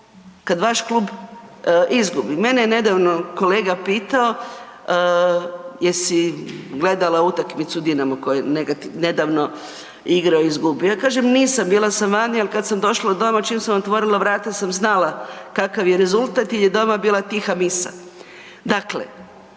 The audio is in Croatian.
kad vaš klub izgubi. Mene je nedavno kolega pitao jesi gledala utakmicu Dinamo koju je nedavno igrao i izgubio. Ja kažem nisam bila sam vani, ali kad sam došla doma čim sam otvorila vrata sam znala kakav je rezultat jer je doma bila tiha misa.